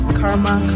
karma